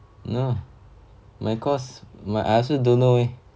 yeah my course my I also don't know eh